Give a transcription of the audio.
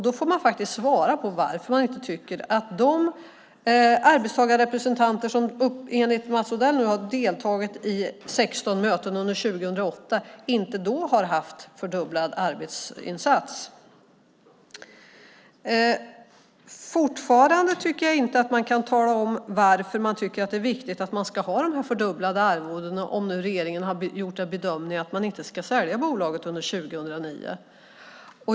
Då får man faktiskt svara på varför man inte tycker att de arbetstagarrepresentanter som enligt Mats Odell har deltagit i 16 möten under 2008 inte har haft en fördubblad arbetsinsats. Fortfarande tycker jag inte att man kan tala om varför man tycker att det är viktigt att styrelseledamöterna ska ha dessa fördubblade arvoden om regeringen har gjort bedömningen att man inte ska sälja bolaget under 2009.